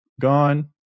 gone